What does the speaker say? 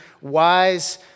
wise